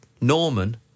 Norman